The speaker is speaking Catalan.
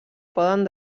poden